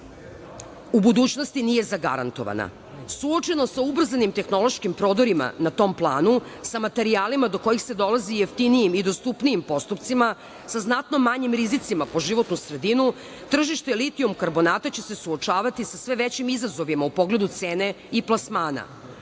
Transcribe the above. u budućnosti nije zagarantovana. Suočena sa ubrzanim tehnološkim prodorima na tom planu, sa materijalima do kojih se dolazi jeftinijim i dostupnijim postupcima, sa znatno manjim rizicima po životnu sredinu, tržište litijum-karbonata će se suočavati sa sve većim izazovima u pogledu cene i plasmana.